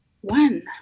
one